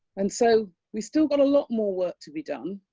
and so we still got a lot more work to be done.